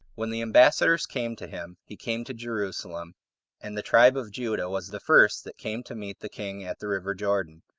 when the ambassadors came to him, he came to jerusalem and the tribe of judah was the first that came to meet the king at the river jordan.